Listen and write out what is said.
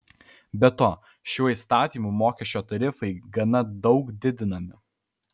be to šiuo įstatymu mokesčio tarifai gana daug didinami